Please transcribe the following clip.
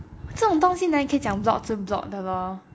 这种东西那里可以讲 block 就 block 的 lor